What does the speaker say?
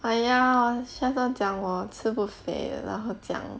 !aiya! chef don 讲我吃不肥的 lah 然后讲